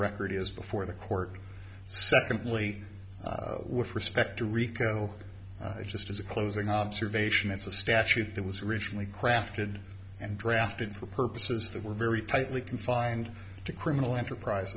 record is before the court secondly with respect to rico just as a closing observation it's a statute that was originally crafted and drafted for purposes that were very tightly confined to criminal enterprise